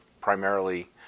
primarily